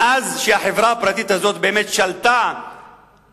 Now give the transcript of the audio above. מאז שהחברה הפרטית הזאת באמת שולטת במעבר.